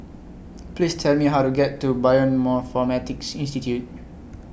Please Tell Me How to get to Bioinformatics Institute